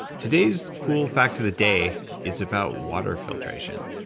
today's cool fact of the day is about water filtration.